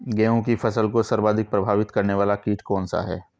गेहूँ की फसल को सर्वाधिक प्रभावित करने वाला कीट कौनसा है?